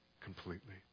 completely